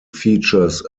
features